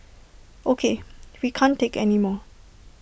O K we can't take anymore